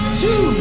two